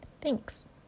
Thanks